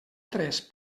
tres